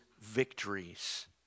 victories